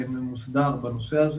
גדולות